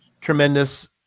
tremendous